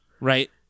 Right